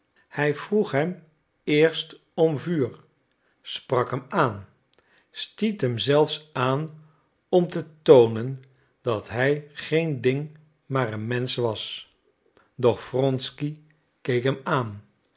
hij vroeg hem eerst om vuur sprak hem aan stiet hem zelfs aan om te toonen dat hij geen ding maar een mensch was doch wronsky keek hem aan